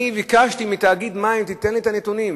אני ביקשתי מתאגיד מים: תיתן לי את הנתונים.